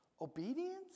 Obedience